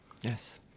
yes